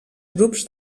grups